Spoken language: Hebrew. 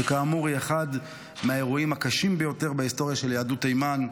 שכאמור היא אחד מהאירועים הקשים ביותר בהיסטוריה של יהדות תימן,